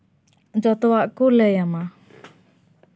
ᱡᱚᱛᱚᱣᱟᱜ ᱠᱚ ᱞᱟᱹᱭ ᱟᱢᱟ